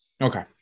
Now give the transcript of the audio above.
Okay